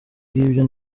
ngibyo